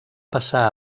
passar